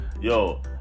Yo